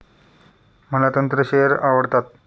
मला तंत्र शेअर आवडतात